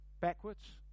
backwards